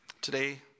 Today